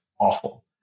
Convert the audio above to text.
awful